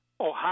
Ohio